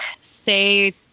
say